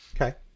Okay